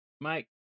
Mike